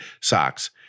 socks